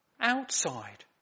outside